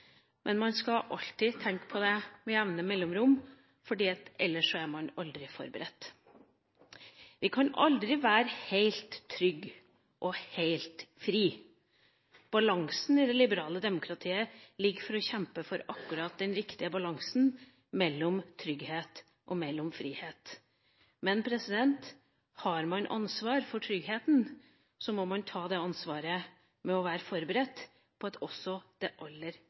Men man skal alltid tenke på det med jevne mellomrom, for ellers er man aldri forberedt. Vi kan aldri være helt trygge og helt frie. Balansen i det liberale demokratiet ligger i å kjempe for akkurat den riktige balansen mellom trygghet og frihet. Men har man ansvar for tryggheten, må man ta det ansvaret ved å være forberedt på at også det